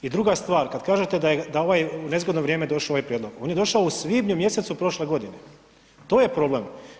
I druga stvar, kad kažete da je ovaj u nezgodno vrijeme došao ovaj prijedlog, on je došao u svibnju mjesecu prošle godine, to je problem.